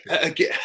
Again